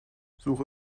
suche